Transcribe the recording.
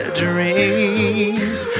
dreams